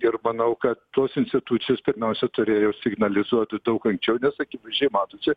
ir manau kad tos institucijos pirmiausia turėjo signalizuot daug anksčiau nes akivaizdžiai matosi